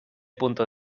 punto